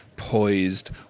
poised